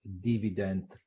dividend